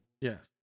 Yes